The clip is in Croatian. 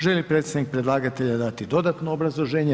Želi li predstavnik predlagatelja dati dodatno obrazloženje?